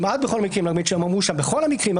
האמת היא שאמרו שם שבכל המקרים,